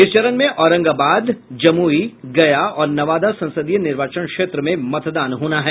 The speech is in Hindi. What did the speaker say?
इस चरण में औरंगाबाद जमुई गया और नवादा संसदीय निर्वाचन क्षेत्र में मतदान होना है